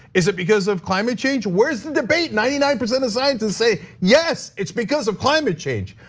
is it because of climate change? where's the debate? ninety nine percent of scientists say yes, it's because of climate change.